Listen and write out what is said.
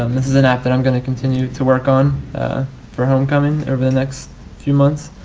um this is an app that i'm gonna continue to work on for homecoming over the next few months.